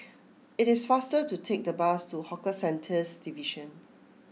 it is faster to take the bus to Hawker Centres Division